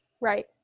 Right